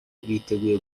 biteguye